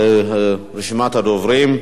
רשימת הדוברים: